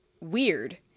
weird